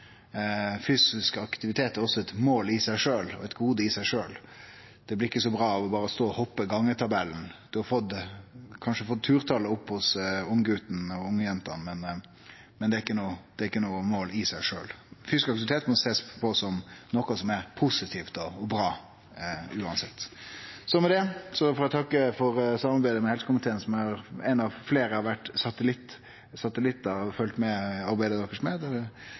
fysisk aktivitet som eit verktøy for læring. Fysisk aktivitet er også eit mål i seg sjølv og eit gode i seg sjølv. Det blir ikkje så bra av berre å stå og hoppe gangetabellen. Ein har kanskje fått turtalet opp hos ungguten og ungjenta, men det er ikkje noko mål i seg sjølv. Fysisk aktivitet må sjåast som noko som er positivt og bra, uansett. Med det får eg takke for samarbeidet med helsekomiteen, der eg som ein av fleire har vore satellitt og følgt med